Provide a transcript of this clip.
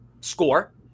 Score